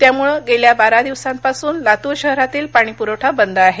त्यामुळं गेल्या बारा दिवसांपासून लातूर शहरातील पाणी प्रवठा बंद आहे